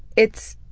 it's.